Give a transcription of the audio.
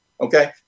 Okay